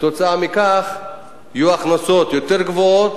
וכתוצאה מכך יהיו הכנסות יותר גבוהות,